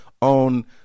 on